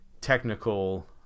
technical